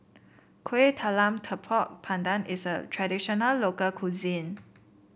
Kueh Talam Tepong Pandan is a traditional local cuisine